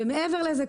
מעבר לזה,